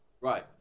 Right